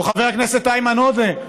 או חבר הכנסת איימן עודה,